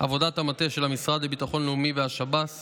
עבודת המטה של המשרד לביטחון לאומי והשב"ס